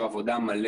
תכנית "יוצרים עתיד"